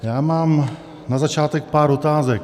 Já mám na začátek pár otázek.